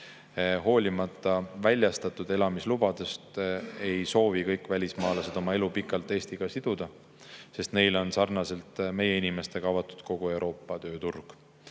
Hoolimata väljastatud elamislubadest ei soovi kõik välismaalased oma elu pikalt Eestiga siduda, sest sarnaselt meie inimestega on ka neile avatud kogu Euroopa tööturg.